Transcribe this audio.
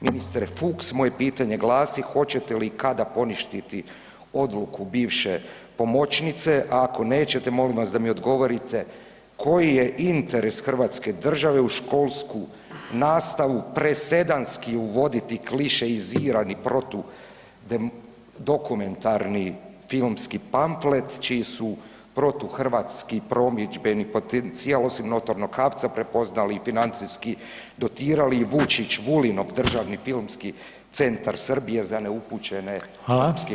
Ministre Fuchs moje pitanje glasi hoćete li i kada poništiti odluku bivše pomoćnice, a ako nećete molim vas da mi odgovorite koji je interes hrvatske države u školsku nastavu presedanski uvoditi klišeizirani protudokumentarni filmski pamflet čiji su protuhrvatski promidžbeni potencijal osim …/nerazumljivo/… prepoznali i financijski dotirali i Vučić, Vulinov državni filmski centar Srbije za neupućene srpski